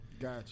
Gotcha